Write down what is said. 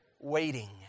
waiting